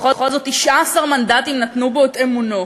בכל זאת 19 מנדטים נתנו בו את אמונם,